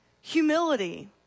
Humility